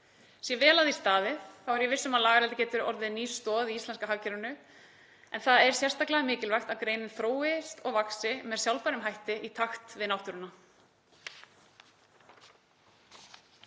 Sé vel að því staðið þá er ég viss um að lagareldi geti orðið ný stoð í íslenska hagkerfinu en það er sérstaklega mikilvægt að greinin þróist og vaxi með sjálfbærum hætti í takt við náttúruna.